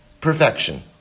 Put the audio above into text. Perfection